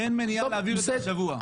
אין מניעה להעביר את זה השבוע.